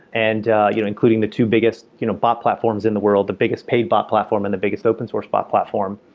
and you know including the two biggest you know bot platforms in the world, the biggest paid bot platform and the biggest open source bot platform.